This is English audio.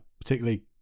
particularly